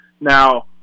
Now